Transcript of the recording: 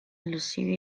lucerne